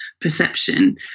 perception